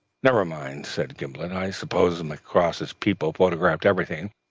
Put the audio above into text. never mind, said gimblet, i suppose macross's people photographed everything,